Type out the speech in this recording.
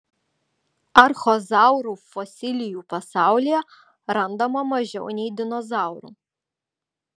archozaurų fosilijų pasaulyje randama mažiau nei dinozaurų